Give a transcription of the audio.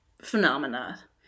phenomena